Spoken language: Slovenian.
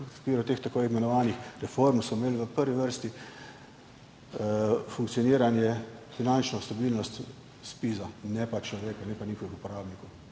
v okviru teh tako imenovanih reform, so imele v prvi vrsti funkcioniranje, finančno stabilnost ZPIZ, ne pa človeka, ne pa uporabnikov.